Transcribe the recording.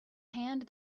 hand